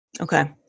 Okay